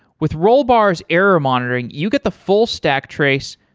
with rollbar s error monitoring, you get the full stack trace,